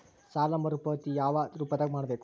ಸಾಲ ಮರುಪಾವತಿ ಯಾವ ರೂಪದಾಗ ಮಾಡಬೇಕು?